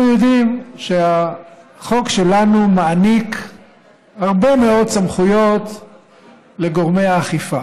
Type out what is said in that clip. אנחנו יודעים שהחוק שלנו מעניק הרבה מאוד סמכויות לגורמי האכיפה,